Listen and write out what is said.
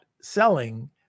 selling